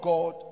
God